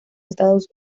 estados